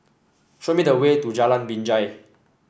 show me the way to Jalan Binjai